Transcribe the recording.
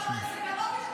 המסמכים עכשיו --- זה לא פשע?